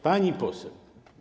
Pani Poseł!